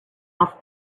off